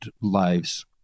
lives